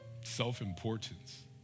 self-importance